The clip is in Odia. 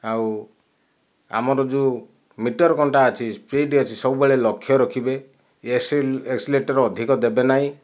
ଆଉ ଆମର ଯେଉଁ ମିଟର କଣ୍ଟା ଅଛି ଫିଟ ଅଛି ସବୁବେଳେ ଲକ୍ଷ୍ୟ ରଖିବେ ଏସିଲ ଏକ୍ସିଲେଟର ଅଧିକ ଦେବେ ନାହିଁ